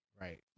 Right